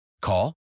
Call